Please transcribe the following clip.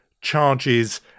charges